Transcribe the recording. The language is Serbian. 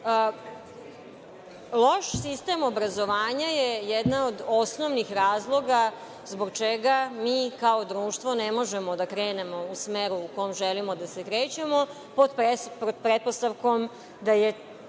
Loš sistem obrazovanja je jedan od osnovnih razloga zbog čega mi kao društvo ne možemo da krenemo u smeru u kom želimo da se krećemo pod pretpostavkom da je